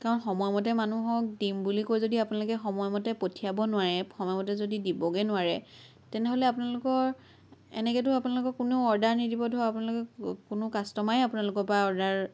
কাৰণ সময়মতে মানুহক দিম বুলি কৈ যদি আপোনালোকে সময়মতে পঠিয়াব নোৱাৰে সময়মতে যদি দিবগৈ নোৱাৰে তেনেহ'লে আপোনালোকৰ এনেকেতো আপোনালোকক কোনেও অৰ্ডাৰ নিদিব ধৰক আপোনালোকক কোনো কাষ্টমাৰেই আপোনালোকৰ পৰা অৰ্ডাৰ